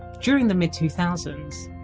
during the mid two thousand s,